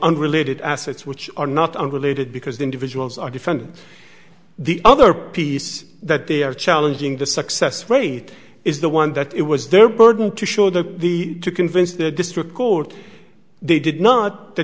unrelated assets which are not unrelated because the individuals are different the other piece that they are challenging the success rate is the one that it was their burden to show that the to convince the district court they did not the